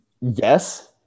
yes